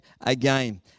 again